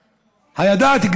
הידעת,